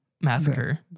massacre